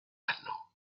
asno